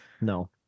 No